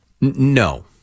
No